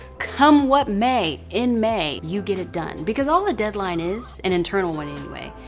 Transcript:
come what may in may, you get it done. because all a deadline is, an internal one anyway,